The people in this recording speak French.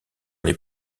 les